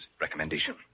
recommendation